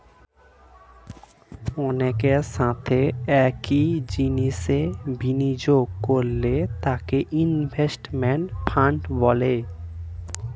অনেকের সাথে একই জিনিসে বিনিয়োগ করলে তাকে ইনভেস্টমেন্ট ফান্ড বলে